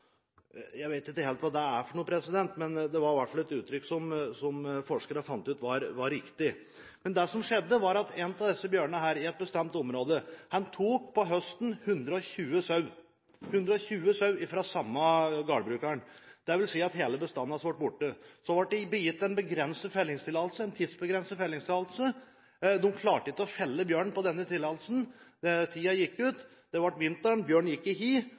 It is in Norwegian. Jeg vet ikke helt hva det er for noe, men det var i hvert fall et uttrykk som forskerne fant ut var riktig. Det som skjedde, var at en av disse bjørnene i et bestemt område tok om høsten 120 sau – 120 sau fra samme gårdbruker. Det vil si at hele buskapen hans ble borte. Det ble gitt en tidsbegrenset fellingstillatelse. De klarte ikke å felle bjørnen på denne tillatelsen, tiden gikk ut. Det ble vinter, bjørnen gikk i